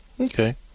Okay